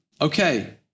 Okay